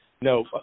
No